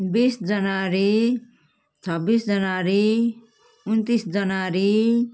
बिस जनवरी छब्बिस जनवरी उन्तिस जनवरी